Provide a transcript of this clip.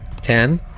Ten